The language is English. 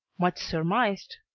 much surmised.